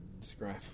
describe